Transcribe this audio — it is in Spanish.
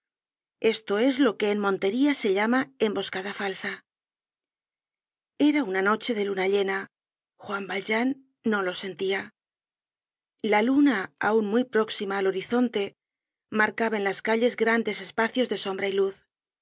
esto es lo que en montería se llama emboscada falsa era una noche de luna llena juan valjean no lo sentia la luna aun muy próxima al horizonte marcaba en las calles grandes espacios de sombra y luz